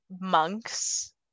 monks